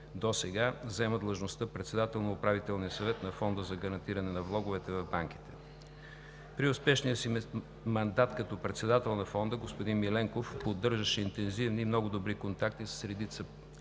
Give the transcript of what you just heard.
досега заема длъжността „Председател на Управителния съвет на Фонда за гарантиране на влоговете в банките“. При успешния си мандат като председател на Фонда господин Миленков поддържаше интензивни и много добри контакти с редица